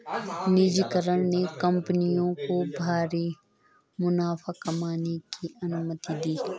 निजीकरण ने कंपनियों को भारी मुनाफा कमाने की अनुमति दी